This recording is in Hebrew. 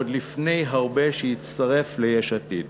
עוד הרבה לפני שהצטרף ליש עתיד.